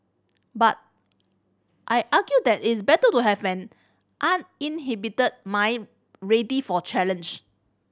but I argue that is better to have an uninhibited mind ready for challenge